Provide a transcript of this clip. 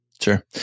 Sure